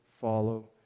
follow